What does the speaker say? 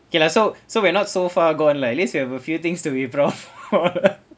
okay lah so so we are not so far gone lah at least we have a few things to be proud of